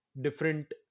different